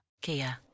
Kia